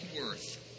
worth